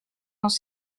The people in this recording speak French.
dans